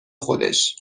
خودش